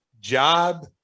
job